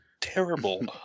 terrible